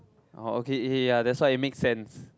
orh okay eh ya that's why it makes sense